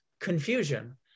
confusion